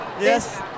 Yes